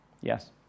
Yes